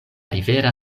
rivera